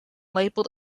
labeled